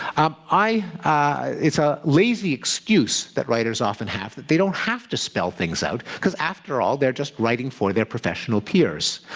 um it's a lazy excuse that writers often have that they don't have to spell things out because, after all, they're just writing for their professional peers.